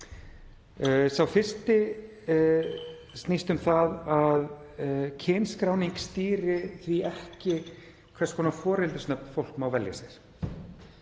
Sá fyrsti snýst um að kynskráning stýri því ekki hvers konar foreldrisnöfn fólk má velja sér.